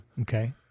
Okay